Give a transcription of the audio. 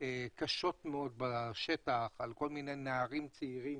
קשות מאוד בשטח על כל מיני נערים צעירים